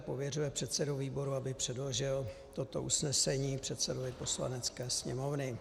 Pověřuje předsedu výboru, aby předložil toto usnesení předsedovi Poslanecké sněmovny.